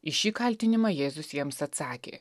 į šį kaltinimą jėzus jiems atsakė